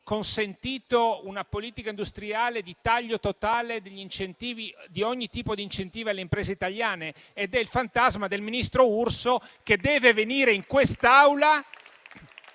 consentito una politica industriale di taglio totale di ogni tipo di incentivo alle imprese italiane. È il fantasma del ministro Urso, che deve venire in quest'Aula